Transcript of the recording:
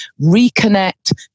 reconnect